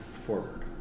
forward